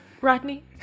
Rodney